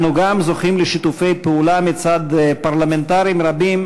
אנו גם זוכים לשיתופי פעולה מצד פרלמנטרים רבים